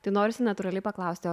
tai norisi natūraliai paklausti o